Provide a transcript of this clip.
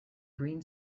green